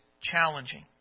challenging